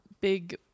big